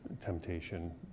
temptation